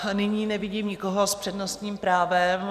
Nyní nevidím nikoho s přednostním právem.